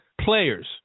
players